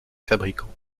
fabricants